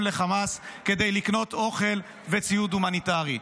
לחמאס כדי לקנות אוכל וציוד הומניטרי.